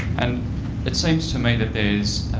and it seems to me that there's